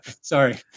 Sorry